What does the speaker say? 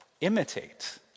imitate